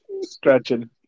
stretching